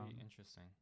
interesting